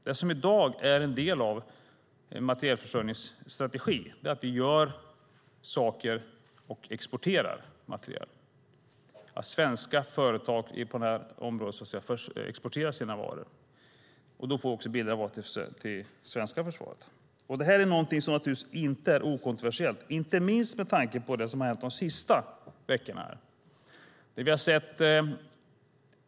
Det som i dag är en del av materielförsörjningsstrategin är att vi tillverkar och exporterar materiel, att svenska företag på det här området exporterar sina varor och också bidrar till det svenska försvaret. Det här är något som naturligtvis inte är okontroversiellt, inte minst med tanke på det som har hänt de senaste veckorna.